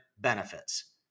benefits